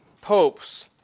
popes